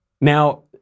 Now